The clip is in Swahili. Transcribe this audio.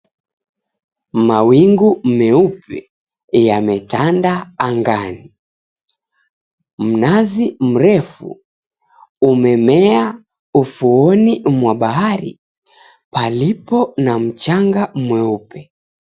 Mawingu meupe yametanda angani. Mnazi mrefu umemea ufuoni mwa bahari palipo na mchanga mweupe.